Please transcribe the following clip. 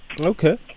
Okay